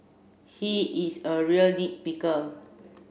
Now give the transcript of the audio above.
he is a real nit picker